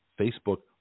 Facebook